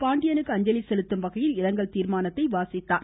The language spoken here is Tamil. பாண்டியனுக்கு அஞ்சலி செலுத்தும்வகையில் இரங்கல் தீர்மானத்தை வாசித்தார்